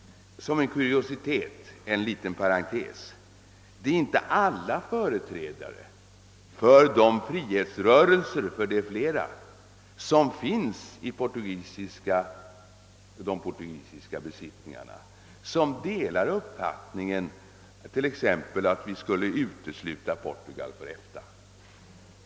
Som en kuriositet, en liten parentes, vill jag omtala att inte alla företrädare för frihetsrörelserna — ty de är flera — i de portugisiska besittningarna delar uppfattningen att Portugal skall uteslutas ur EFTA.